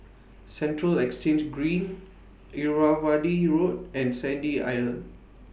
Central Exchange Green Irrawaddy Road and Sandy Island